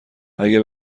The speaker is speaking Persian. اگه